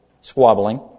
squabbling